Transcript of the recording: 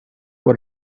what